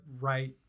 right